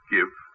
Give